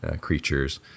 creatures